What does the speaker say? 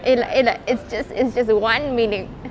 இல்லே இல்லே:illae illae it's just it's just one meaning